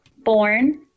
born